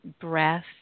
breath